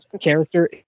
character